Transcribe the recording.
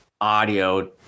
audio